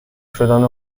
شدن